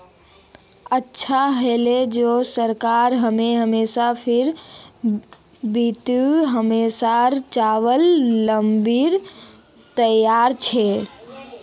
अच्छा हले जे सरकार एम.एस.पीर बितु हमसर चावल लीबार तैयार छ